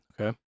Okay